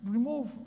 Remove